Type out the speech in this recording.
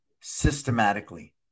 systematically